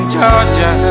Georgia